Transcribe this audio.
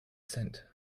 cent